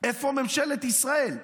איפה ממשלת ישראל,